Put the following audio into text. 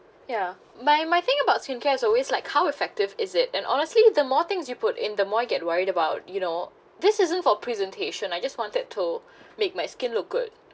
ya my my think about skincare is always like how effective is it and honestly the more things you put in the more you get worried about you know this isn't for presentation I just wanted to make my skin look good